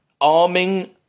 Arming